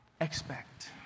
expect